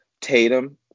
Tatum